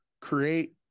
create